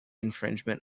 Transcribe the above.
infringement